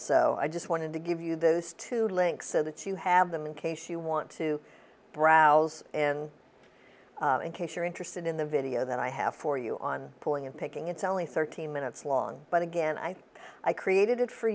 so i just wanted to give you those two links so that you have them in case you want to browse in case you're interested in the video that i have for you on pulling in picking it's only thirteen minutes long but again i think i created it for